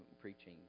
preaching